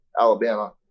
Alabama